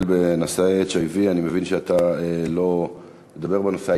בנשאי HIV. אני מבין שאתה לא מדבר בנושא.